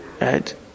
right